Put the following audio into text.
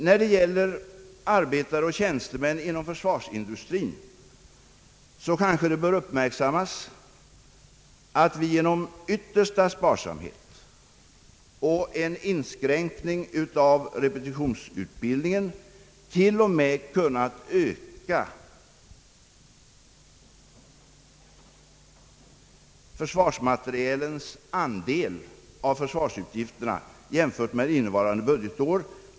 När det gäller arbetare och tjänstemän inom försvarsindustrien, kanske det bör uppmärksammas att vi genom yttersta sparsamhet och en inskränkning av repetitionsutbildningen t.o.m. kunnat öka försvarsmaterielens andel av försvarsutgifterna, jämfört med innevarande budgetår.